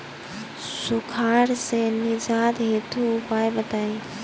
सुखार से निजात हेतु उपाय बताई?